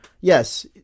yes